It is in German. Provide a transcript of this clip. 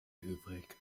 übrig